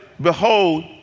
Behold